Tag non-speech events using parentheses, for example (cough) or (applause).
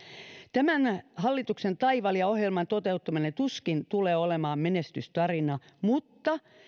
tämän hallituksen taival ja ohjelman toteuttaminen tuskin tulee olemaan menestystarina mutta (unintelligible)